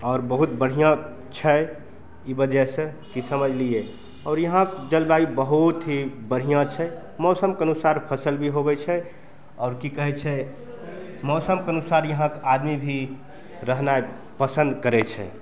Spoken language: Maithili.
आओर बहुत बढ़िऑं छै ई वजह से की समझलियै आओर यहाँके जलवायु बहुत ही बढ़िऑं छै मौसमके अनुसार फसल भी होइ छै और की कहै छै मौसम कऽ अनुसार यहाँ आदमी भी रहनाय पसंद करै छै